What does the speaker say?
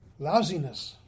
lousiness